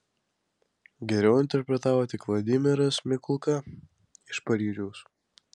geriau interpretavo tik vladimiras mikulka iš paryžiaus